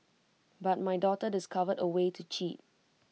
but my daughter discovered A way to cheat